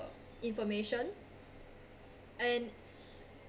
information and